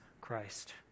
Christ